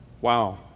Wow